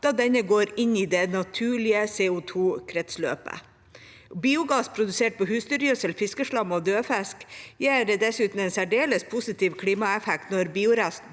da denne går inn i det naturlige CO2kretsløpet. Biogass produsert på husdyrgjødsel, fiskeslam og død fisk gir dessuten en særdeles positiv klimaeffekt når biorest